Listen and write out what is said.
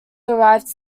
arrived